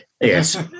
Yes